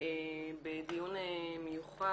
בדיון מיוחד,